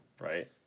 Right